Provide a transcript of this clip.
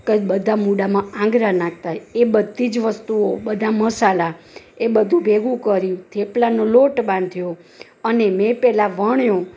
કે બધા મોઢામાં આંગળા નાખતા હોય એ બધી જ વસ્તુઓ બધા મસાલા એ બધુ ભેગું કર્યું થેપલાનો લોટ બાંધ્યો અને મેં પહેલાં વણ્યો